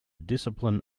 discipline